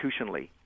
institutionally